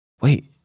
wait